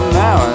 now